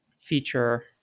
feature